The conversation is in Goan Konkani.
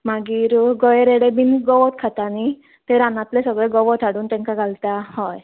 मागीर गवे रेडे बीन गवत खातात न्ही तें रानातलें सगळें गवत हाडून तेंकां घालता हय